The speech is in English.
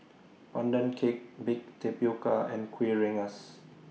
Pandan Cake Baked Tapioca and Kuih Rengas